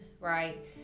right